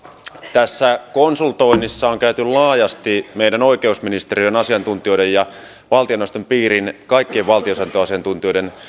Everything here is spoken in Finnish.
tässä konsultoinnissa on käyty laajasti meidän oikeusministeriön asiantuntijoiden ja valtioneuvoston piirin kaikkien valtionsääntöasiantuntijoiden